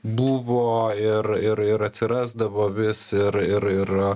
buvo ir ir ir atsirasdavo vis ir ir ir